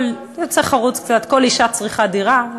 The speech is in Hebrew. כל אישה צריכה דירה.